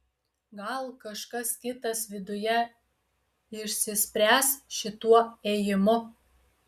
gal kažkas kitas viduje išsispręs šituo ėjimu